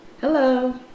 Hello